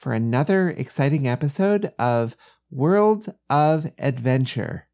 for another exciting episode of world of adventure